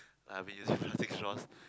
I will be the plastic straws